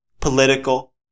political